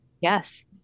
yes